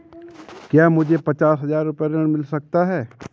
क्या मुझे पचास हजार रूपए ऋण मिल सकता है?